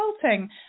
Consulting